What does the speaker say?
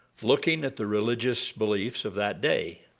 looking at the religious beliefs of that day.